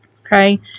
Okay